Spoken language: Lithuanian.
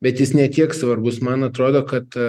bet jis ne tiek svarbus man atrodo kad